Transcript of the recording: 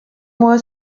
moi